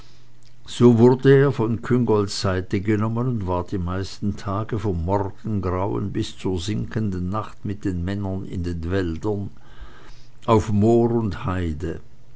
so wurde er von küngolts seite genommen und war die meisten tage vom morgengrauen bis zur sinkenden nacht mit den männern in den wäldern auf moor und heide